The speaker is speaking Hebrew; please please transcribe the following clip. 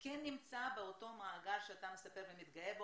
כן נמצא באותו מעגל שאתה מספר ומתגאה בו.